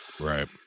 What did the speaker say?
right